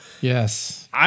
Yes